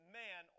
man